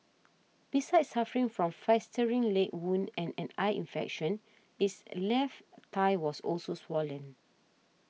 besides suffering from a festering leg wound and an eye infection its left thigh was also swollen